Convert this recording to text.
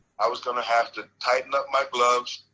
i was gonna have to tighten up my gloves,